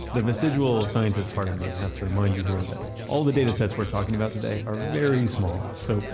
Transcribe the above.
the vestigial scientist part of me has to remind you here that all the data sets we're talking about today are very small. so,